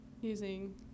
using